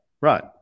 right